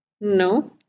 No